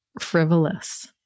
frivolous